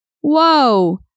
Whoa